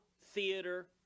theater